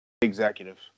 executive